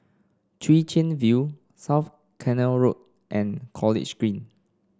Chwee Chian View South Canal Road and College Green